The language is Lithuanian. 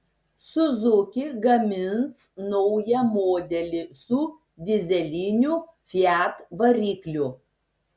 suzuki gamins naują modelį su dyzeliniu fiat varikliu